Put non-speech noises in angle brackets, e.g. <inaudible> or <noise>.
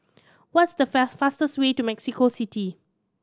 what's the <unintelligible> fastest way to Mexico City